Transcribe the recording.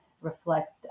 reflect